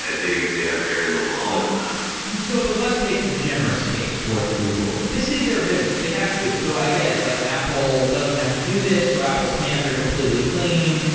ah they have very little knowledge of them so but let's take the generous case towards google. this is their business. they have to do it. so i get it. like apple doesn't have to do this, so apple's hands are completely clean.